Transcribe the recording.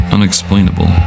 Unexplainable